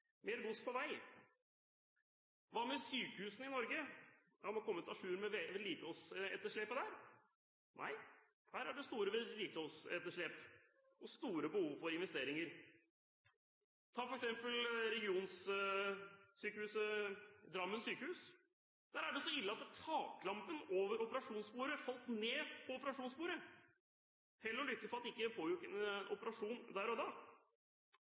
mer gods på vei. Hva med sykehusene i Norge? Har man kommet à jour med vedlikeholdsetterslepet der? Nei, her er det store vedlikeholdsetterslep og store behov for investeringer. Ta f.eks. Drammen sykehus. Der er det så ille at taklampen over operasjonsbordet falt ned på operasjonsbordet. Det var bare hell og lykke at det ikke pågikk en operasjon da